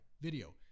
video